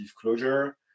closure